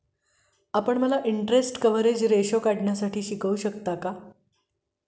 आपण मला interest coverage ratio काढण्यास शिकवू शकता का?